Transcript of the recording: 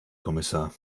kommissar